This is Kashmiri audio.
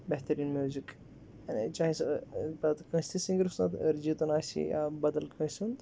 بہتریٖن میوٗزِک یعنی جیسے پَتہٕ کانٛسہِ تہِ سِنٛگَرٕ سُنٛد أرجیٖتُن آسہِ یا بدل کٲنٛسہِ ہُنٛد